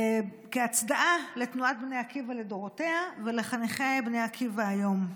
להצדעה לתנועת בני עקיבא לדורותיה ולחניכי בני עקיבא היום.